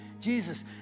Jesus